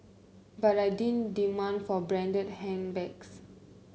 but I didn't demand for a branded handbags